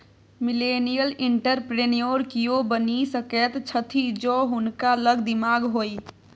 millennial entrepreneur कियो बनि सकैत छथि जौं हुनका लग दिमाग होए